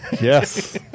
Yes